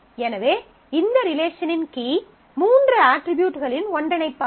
எனவே இந்த ரிலேஷனின் கீ மூன்று அட்ரிபியூட்களின் ஒன்றிணைப்பாகும்